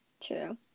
True